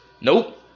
nope